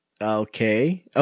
Okay